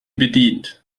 bedient